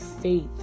faith